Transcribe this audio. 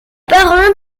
parents